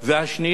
ו-2.